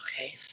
Okay